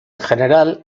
general